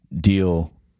deal